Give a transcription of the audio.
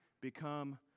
become